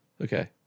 Okay